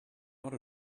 not